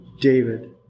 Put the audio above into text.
David